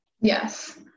Yes